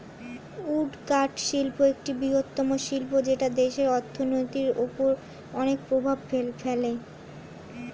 would বা কাঠ শিল্প একটি বৃহত্তম শিল্প যেটা দেশের অর্থনীতির ওপর অনেক প্রভাব ফেলে